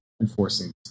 enforcing